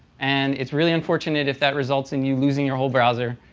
and it's really unfortunate if that results in you losing your whole browser,